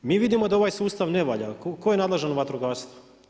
Mi vidimo da ovaj sustav ne valja, tko je nadležan u vatrogastvu?